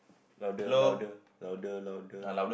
louder louder louder louder